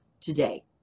today